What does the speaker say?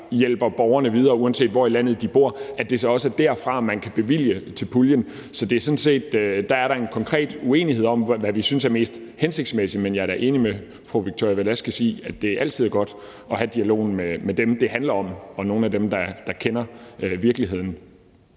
hjælper borgerne videre, uanset hvor i landet de bor, så giver det mening, at det også er derfra, man kan bevilge til puljen. Der er der en konkret uenighed om, hvad vi synes er mest hensigtsmæssigt. Men jeg er da enig med fru Victoria Velasquez i, at det altid er godt at have dialogen med dem, det handler om, og nogle af dem, der kender virkeligheden.